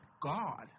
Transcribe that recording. God